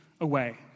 away